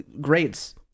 grades